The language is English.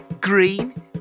green